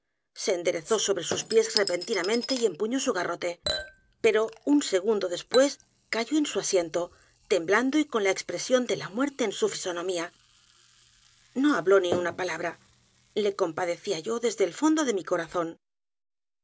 se enderezó sobre sus pies repentinamente y empuñó su garrote pero un segundo después cayó en su asiento temblando y con la expresión de la muerte en su fisonomía no habló ni una palabra le compadecía yo desde el fondo de mi corazón